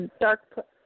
Dark